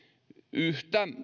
yhtä